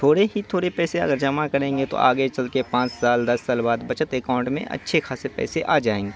تھوڑے ہی تھوڑے پیسے اگر جمع کریں گے تو آگے چل کے پانچ سال دس سال بعد بچت اکاؤنٹ میں اچھے خاص پیسے آ جائیں